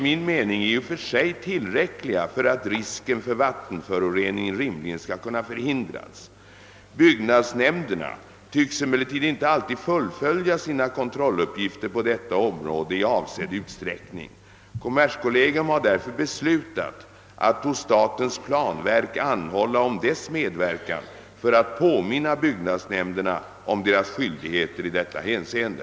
mening i och för sig tillräckliga för att risken för vattenföroreningar rimligen skall kunna förhindras. Byggnadsnämnderna tycks emellertid inte alltid fullfölja sina kontrolluppgifter på detta område i avsedd utsträckning. Kommerskollegium har därför beslutat att hos statens planverk anhålla om dess medverkan för att påminna byggnadsnämnderna om deras skyldigheter i detta hänseende.